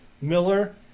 Miller